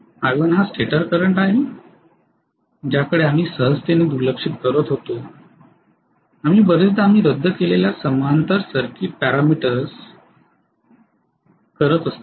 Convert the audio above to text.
I1 हा stator current आहे ज्याकडे आम्ही सहजतेने दुर्लक्ष करीत होतो आम्ही बर्याचदा आम्ही रद्द केलेल्या समांतर सर्किट पॅरामीटर्स करत असतो